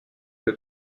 que